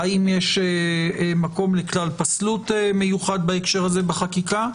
האם יש מקום לכלל פסלות מיוחד בהקשר הזה בחקיקה?